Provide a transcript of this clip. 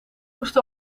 moest